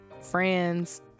friends